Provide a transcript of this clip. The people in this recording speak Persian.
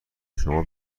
شما